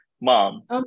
mom